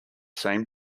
same